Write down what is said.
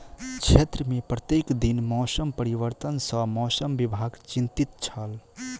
क्षेत्र में प्रत्येक दिन मौसम परिवर्तन सॅ मौसम विभाग चिंतित छल